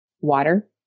water